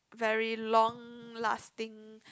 very long lasting